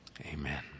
Amen